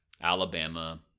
Alabama